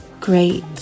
great